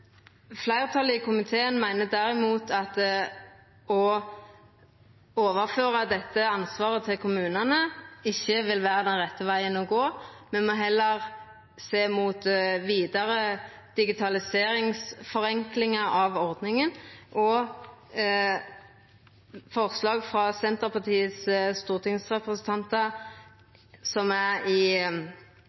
Fleirtalet i komiteen meiner derimot at å overføra dette ansvaret til kommunane ikkje vil vera rette vegen å gå, men vil heller sjå mot vidare digitaliseringsforenklingar av ordninga. Forslaga frå Senterpartiets stortingsrepresentantar i saka står fleirtalet i komiteen difor bak, og vil støtta dei forslaga som